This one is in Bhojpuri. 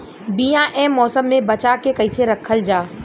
बीया ए मौसम में बचा के कइसे रखल जा?